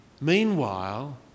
Meanwhile